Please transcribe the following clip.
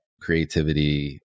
creativity